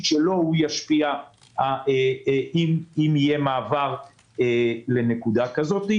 שלו הוא ישפיע אם יהיה מעבר לנקודה כזאת.